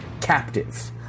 captive